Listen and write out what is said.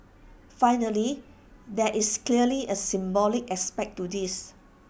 finally there is clearly A symbolic aspect to this